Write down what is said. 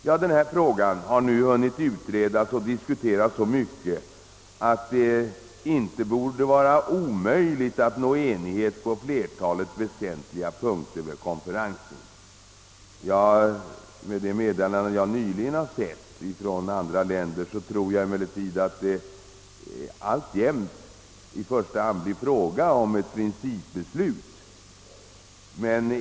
| Preferensfrågan har nu hunnit utre das och diskuteras så mycket att det vid konferensen ej bör vara omöjligt att nå enighet på flertalet väsentliga punkter. Med hänsyn till de meddelanden från andra länder som jag nyligen sett tror jag emellertid : att det alltjämt i första hand blir fråga om ett principbeslut.